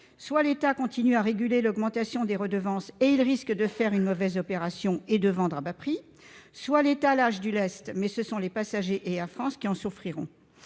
soit l'État continue à réguler l'augmentation des redevances, au risque de faire une mauvaise opération en vendant à bas prix ; soit il lâche du lest, mais ce sont les passagers et Air France qui en souffriront.